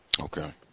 Okay